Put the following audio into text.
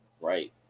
right